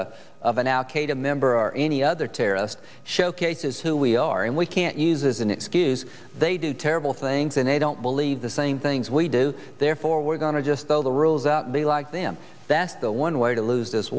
the of an al qaeda member or any other terrorist showcases who we are and we can't use as an excuse they do terrible things and they don't believe the same things we do therefore we're going to just blow the rules up they like them that's the one way to lose this